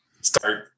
start